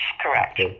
correct